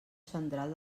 central